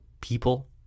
people